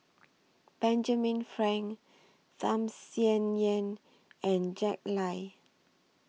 Benjamin Frank Tham Sien Yen and Jack Lai